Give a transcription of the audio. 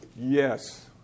Yes